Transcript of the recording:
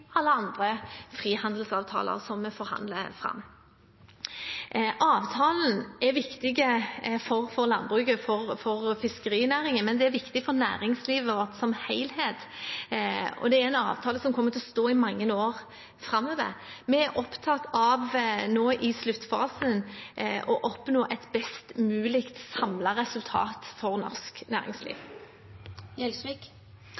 alle andre frihandelsavtaler som vi forhandler fram. Avtalen er viktig for landbruket, for fiskerinæringen, men den er viktig for næringslivet som helhet. Det er en avtale som kommer til å stå i mange år framover. Vi er nå i sluttfasen opptatt av å oppnå et best mulig samlet resultat for norsk